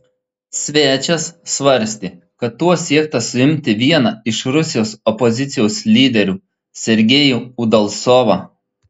svečias svarstė kad tuo siekta suimti vieną iš rusijos opozicijos lyderių sergejų udalcovą